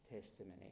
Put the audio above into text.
testimony